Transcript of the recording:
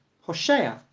Hoshea